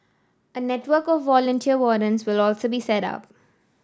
a network of volunteer wardens will also be set up